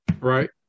right